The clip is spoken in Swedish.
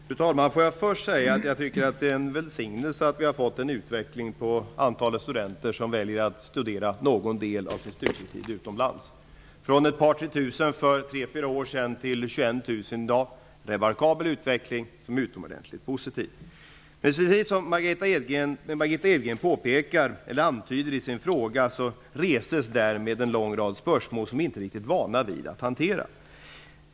Fru talman! Låt mig först säga att det är en välsignelse att vi har fått en utveckling av antalet studenter som väljer att förlägga någon del av sin studietid utomlands. Det har ökat från 2 000--3 000 för tre fyra år sedan till 21 000 i dag. Det är en remarkabel utveckling som är utomordentligt positiv. Precis som Margitta Edgren antyder i sin fråga reses därmed en lång rad spörsmål som vi inte är riktigt vana vid att hantera.